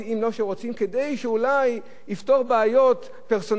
כדי שאולי לפתור בעיות פרסונליות כאלה ואחרות,